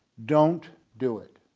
don't do it.